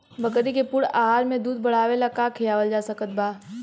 बकरी के पूर्ण आहार में दूध बढ़ावेला का खिआवल जा सकत बा?